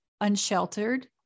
unsheltered